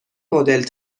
مدل